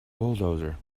bulldozer